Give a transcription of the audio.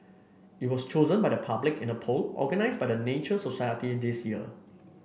it was chosen by the public in a poll organised by the Nature Society this year